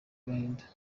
agahinda